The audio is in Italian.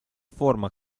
forma